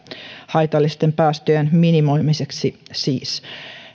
haitallisten päästöjen minimoimiseksi